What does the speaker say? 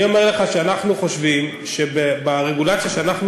אני אומר לך שאנחנו חושבים שברגולציה שאנחנו